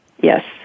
Yes